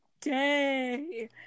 day